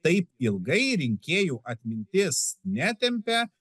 taip ilgai rinkėjų atmintis netempia